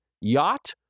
Yacht